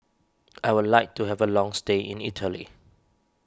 I would like to have a long stay in Italy